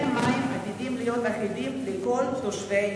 המים עתידים להיות אחידים לכל תושבי ישראל.